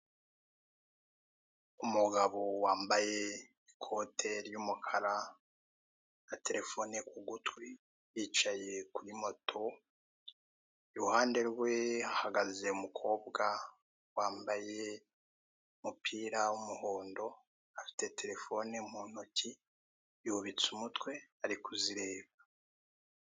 Umugabo wambaye ikote ry'umukara na telefone ku gutwi, yicaye kuri moto. Iruhande rwe hahagaze umukobwa wambaye umupira w'umuhondo, afite telefone mu ntoki, yubitse umutwe ari kuzireba.